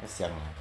要想 leh